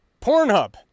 Pornhub